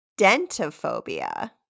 Dentophobia